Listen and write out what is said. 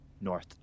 north